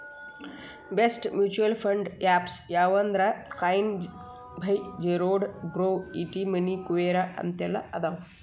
best mutual fund apps ಯಾವಂದ್ರಾ Coin by Zerodha Groww ET Money Kuvera ಅಂತೆಲ್ಲಾ ಅದಾವ